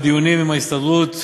הדיונים עם ההסתדרות,